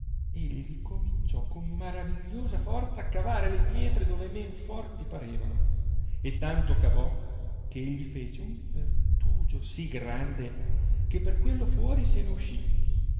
egli cominciò con maravigliosa forza cavare le pietre dove men forti parevano e tanto cavò che egli fece un pertugio sì grande che per quello fuori se ne uscì